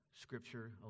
Scripture